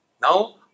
Now